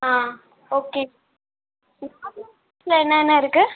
ஆ okay என்னென்ன இருக்கு